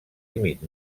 límit